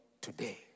today